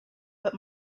but